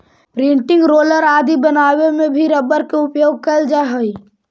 printing roller आदि बनावे में भी रबर के उपयोग कैल जा हइ